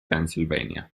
pennsylvania